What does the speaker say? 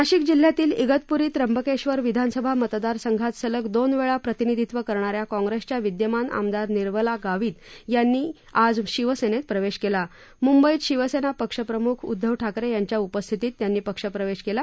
नाशिक जिल्ह्यातील इगतपुरी त्र्यंबकेश्वर विधानसभा मतदार संघात सलग दोनवेळा प्रतिनिधित्व करणाऱ्या काँग्रेसच्या विद्यमान आमदार निर्मला गावित यांनी मुंबईत शिवसेना पक्ष प्रमुख उद्दव ठाकरे यांच्या उपस्थितीत आज शिवसेनेत प्रवेश केला